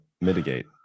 mitigate